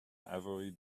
every